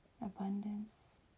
abundance